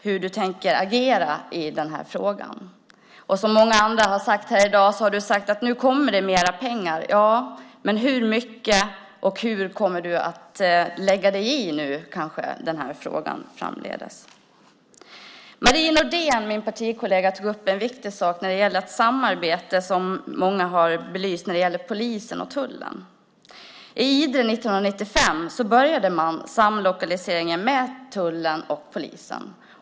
Hur tänker du agera i den här frågan? Som många andra har sagt här i dag har du sagt att det nu kommer mera pengar. Ja, men hur mycket, och hur kommer du att lägga dig i frågan framöver? Min partikollega Marie Nordén tog upp en viktig sak om samarbetet mellan polisen och tullen. I Idre började man 1995 med samlokalisering av polisen och tullen.